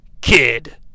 Kid